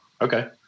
okay